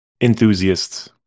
enthusiasts